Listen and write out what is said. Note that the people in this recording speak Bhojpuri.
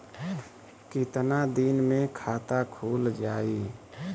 कितना दिन मे खाता खुल जाई?